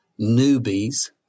newbies